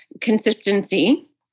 consistency